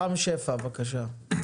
רם שפע, בבקשה.